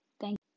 thank